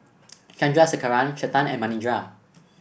Chandrasekaran Chetan and Manindra